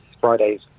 Fridays